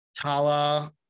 Tala